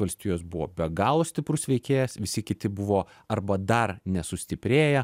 valstijos buvo be galo stiprus veikėjas visi kiti buvo arba dar nesustiprėję